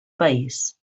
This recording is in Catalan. país